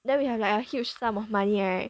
then we have like a huge sum of money right